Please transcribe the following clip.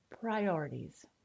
Priorities